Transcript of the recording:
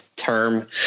term